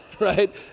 Right